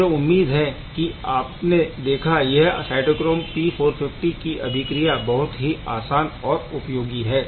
मुझे उम्मीद है कि आपने देखा यह साइटोक्रोम P450 की अभिक्रियाएं बहुत ही आसान और उपयोगी है